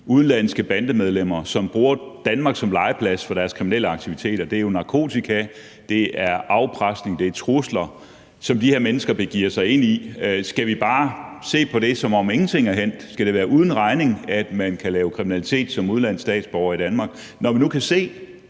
udenlandske bandemedlemmer, som bruger Danmark som legeplads for deres kriminelle aktiviteter. Det er jo narkotika, det er afpresning, det er trusler, som de her mennesker begiver sig ud i. Skal vi bare se på det, som om ingenting er hændt? Skal det være uden regning, at man kan lave kriminalitet som udenlandsk statsborger i Danmark, når vi nu kan se,